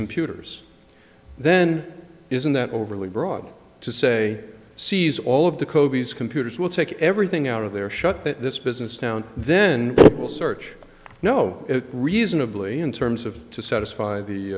computers then isn't that overly broad to say seize all of the covies computers will take everything out of there shut this business down then we'll search no reasonably in terms of to satisfy the